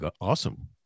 Awesome